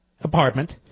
apartment